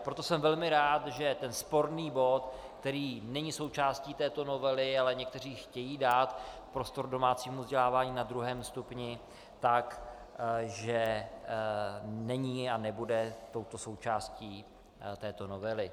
Proto jsem velmi rád, že ten sporný bod, který není součástí této novely, ale někteří chtějí dát prostor domácímu vzdělávání na druhém stupni, tak není a nebude součástí této novely.